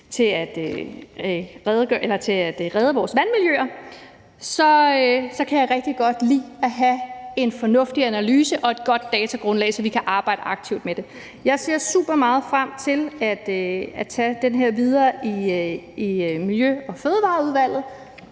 til at redde vores vandmiljøer, så kan jeg rigtig godt lide, at der er en fornuftig analyse og et godt datagrundlag, så vi kan arbejde aktivt med det. Jeg ser supermeget frem til at tage den her debat videre i Miljø- og Fødevareudvalget,